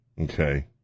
Okay